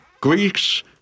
Greeks